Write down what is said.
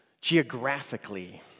Geographically